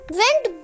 went